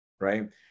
right